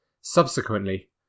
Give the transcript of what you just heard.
Subsequently